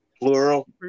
plural